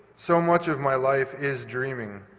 so much of my life is dreaming,